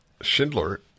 Schindler